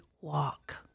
walk